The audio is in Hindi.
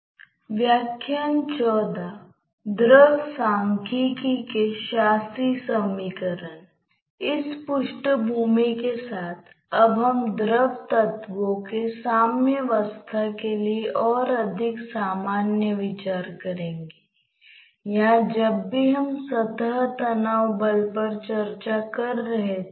अब कहते हैं कि शीर्ष प्लेट एक आयताकार प्लेट है जिसमें बिंदीदार रेखा समरूपता अक्ष को दर्शाती है